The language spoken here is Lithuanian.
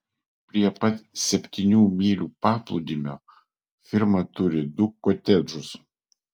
prie pat septynių mylių paplūdimio firma turi du kotedžus